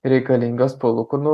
reikalingas palūkanų